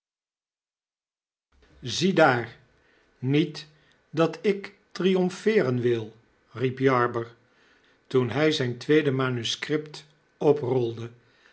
ziedaar niet dat ik triomfeeren wil riep jarber toen hy zyn tweede manuscript oprolde